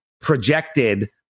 projected